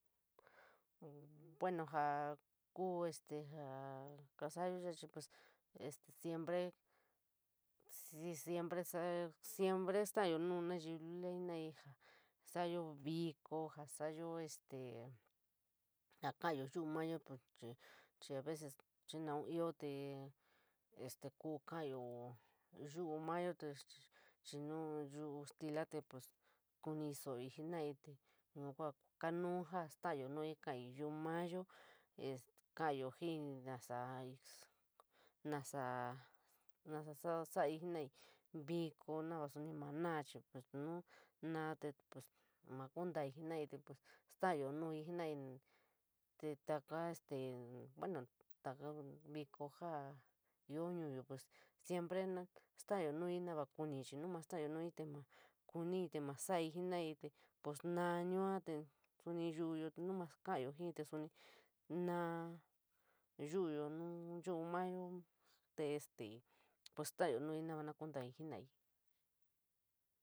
Bueno, ja ku este jaa kasaya este pues este siempre, siempre, siempre stalayo nu yayú luli, jenarii jo salayo viko, jaa kolayo yu maayó chi chi aveces xi’ nou ioo te este kou kadyo yuu mayo te xi nu yuu stila, kuni soloiii te yua ku kanou ja stalayo nuíí kaii yuu mayo kara jii, nasou, nasou, nasa sua sadyo viko some nava ma no pues ma kuntaiii jenoiii te pues stalayo nuíí jenoraiii, te faka este taka viko saa ioo ñuuo siempre na stalanya na ma kunii te ma kunii, te ma salii pues naa yua te youyo kara jii te soni naa yuuyo nu yuu mayo nu te este pues stala nuíí kondorii jenoraiii.